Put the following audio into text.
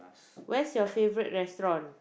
where's your favourite restaurant